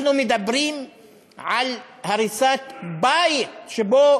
אנחנו מדברים על הריסת בית שבו